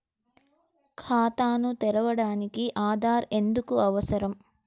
ఖాతాను తెరవడానికి ఆధార్ ఎందుకు అవసరం?